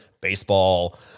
baseball